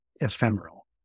ephemeral